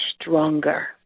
stronger